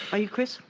are you chris?